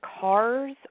cars